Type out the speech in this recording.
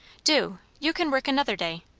do! you can work another day.